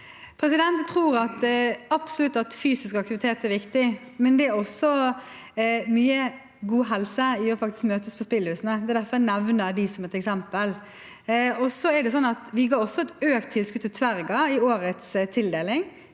Jeg tror ab- solutt at fysisk aktivitet er viktig, men det er også mye god helse i faktisk å møtes på spillhusene. Det er derfor jeg nevner dem som et eksempel. Vi ga også et økt tilskudd til Tverga i årets tildeling,